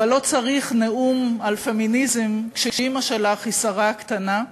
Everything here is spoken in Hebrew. אבל לא צריך נאום על פמיניזם כשאימא שלך היא "שרה הקטנה".